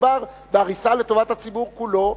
מדובר בהריסה לטובת הציבור כולו,